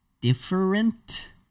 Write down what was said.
different